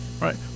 right